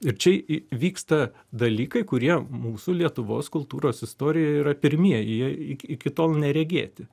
ir čia įvyksta dalykai kurie mūsų lietuvos kultūros istorijoje yra pirmieji jie iki iki tol neregėti